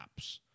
apps